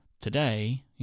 today